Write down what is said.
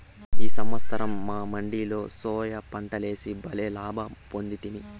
ఈ సంవత్సరం మా మడిలో సోయా పంటలేసి బల్లే లాభ పొందితిమి